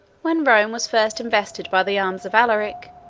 when rome was first invested by the arms of alaric,